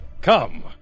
Come